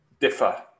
differ